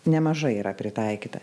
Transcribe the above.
nemažai yra pritaikyta